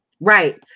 Right